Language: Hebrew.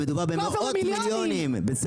הצבעה בעד ההצעה 6 נגד - מיעוט נמנעים אין ההצעה אושרה.